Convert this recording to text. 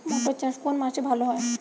মটর চাষ কোন মাসে ভালো হয়?